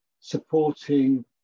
supporting